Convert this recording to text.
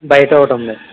బయట ఒకటి ఉంది